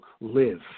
live